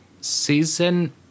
season